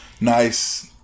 nice